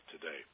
today